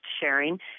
sharing